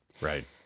right